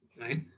right